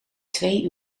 twee